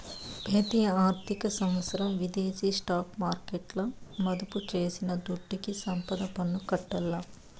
పెతి ఆర్థిక సంవత్సరం విదేశీ స్టాక్ మార్కెట్ల మదుపు చేసిన దుడ్డుకి సంపద పన్ను కట్టాల్ల